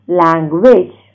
language